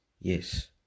Yes